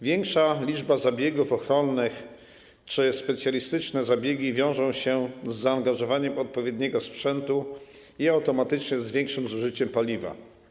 Większa liczba zabiegów ochronnych czy specjalistyczne zabiegi wiążą się z zaangażowaniem odpowiedniego sprzętu i automatycznie z większym zużyciem paliwa.